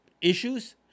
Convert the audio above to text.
Issues